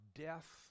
death